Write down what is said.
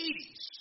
80s